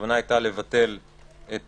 הכוונה הייתה לבטל את